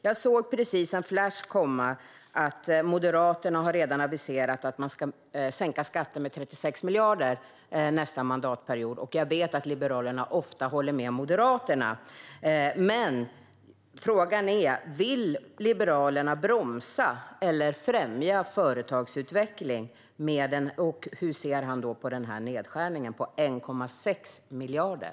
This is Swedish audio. Jag såg precis i en flash att Moderaterna har aviserat att de ska sänka skatterna med 36 miljarder nästa mandatperiod, och jag vet att Liberalerna ofta håller med Moderaterna. Frågan är om Liberalerna vill bromsa eller främja företagsutvecklingen. Hur ser du, Said, på nedskärningen på 1,6 miljarder?